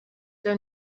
der